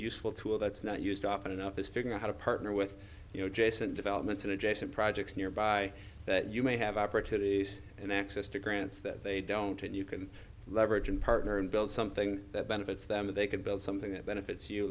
useful tool that's not used often enough is figure out how to partner with you know jason developments in adjacent projects nearby but you may have opportunities and access to grants that they don't and you can leverage and partner and build something that benefits them or they can build something that benefits you